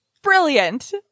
Brilliant